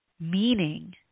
meaning